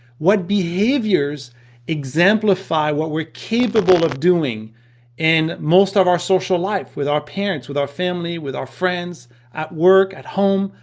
what behaviors exemplify what we're capable of doing in most of our social life, with our parents, with our family, with our friends at work, at home,